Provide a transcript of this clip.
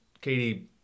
Katie